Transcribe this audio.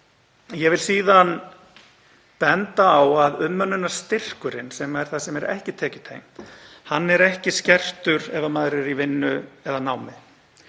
Ég vil síðan benda á að umönnunarstyrkurinn, sem er það sem er ekki tekjutengt, er ekki skertur ef maður er í vinnu eða námi.